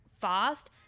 fast